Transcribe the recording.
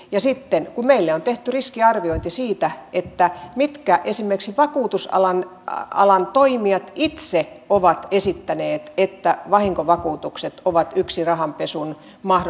ja meille on tehty riskiarviointi siitä mitkä esimerkiksi vakuutusalan toimijat itse ovat esittäneet että vahinkovakuutukset ovat yksi rahanpesun